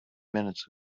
minutes